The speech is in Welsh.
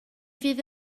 fydd